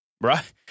Right